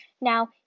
Now